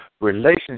relationship